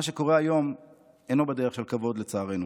מה שקורה היום אינו בדרך של כבוד, לצערנו.